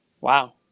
wow